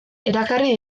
erakarri